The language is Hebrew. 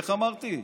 איך אמרתי,